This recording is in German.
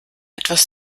etwas